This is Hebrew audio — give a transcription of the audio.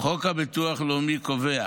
חוק הביטוח הלאומי קובע